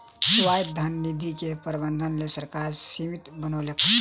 स्वायत्त धन निधि के प्रबंधनक लेल सरकार समिति बनौलक